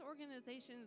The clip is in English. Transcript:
organizations